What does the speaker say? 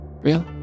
Real